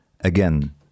again